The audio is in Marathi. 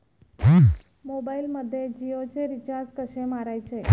मोबाइलमध्ये जियोचे रिचार्ज कसे मारायचे?